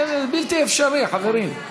זה בלתי אפשרי, חברים.